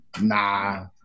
Nah